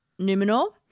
Numenor